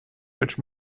which